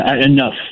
enough